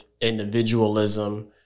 individualism